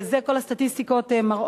את זה כל הסטטיסטיקות מראות.